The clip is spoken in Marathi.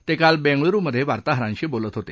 ते काल बेंगळुरुमधे वार्ताहरांशी बोलत होते